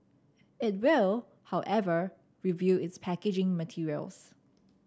it will however review its packaging materials